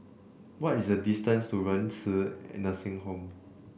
what is the distance to Renci an Nursing Home